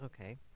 Okay